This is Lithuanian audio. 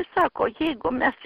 sako jeigu mes